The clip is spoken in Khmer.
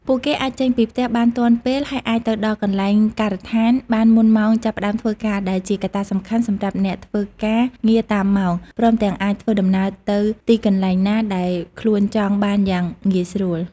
ពួកគេអាចចេញពីផ្ទះបានទាន់ពេល ហើយអាចទៅដល់កន្លែងការដ្ឋានបានមុនម៉ោងចាប់ផ្តើមធ្វើការដែលជាកត្តាសំខាន់សម្រាប់អ្នកធ្វើការងារតាមម៉ោង ព្រមទាំងអាចធ្វើដំណើរទៅទីកន្លែងណាដែលខ្លួនចង់បានយ៉ាងងាយស្រួល។